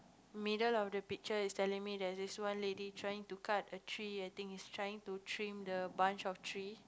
middle of the picture is telling me there's this one lady trying to cut a tree I think is trying to trim the bunch of tree